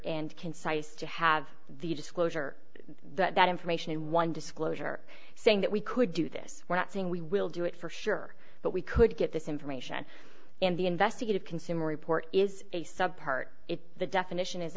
and concise to have the disclosure that information in one disclosure saying that we could do this we're not saying we will do it for sure but we could get this information in the investigative consumer report is a sub part if the definition is